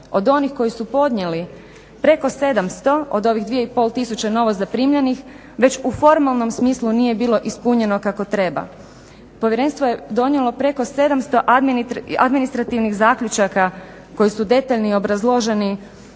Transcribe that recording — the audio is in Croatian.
Od onih koji su podnijeli preko 700 od ovih 2500 novo zaprimljenih već u formalnom smislu nije bilo ispunjeno kako treba. Povjerenstvo je donijelo preko 700 administrativnih zaključaka koji su detaljno i obrazloženi